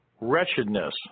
wretchedness